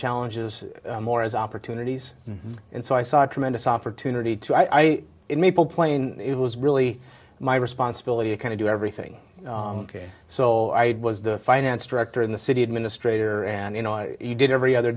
challenges more as opportunities and so i saw a tremendous opportunity to i in maple plane it was really my responsibility to kind of do everything so i was the finance director in the city administrator and you know i did every other